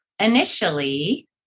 Initially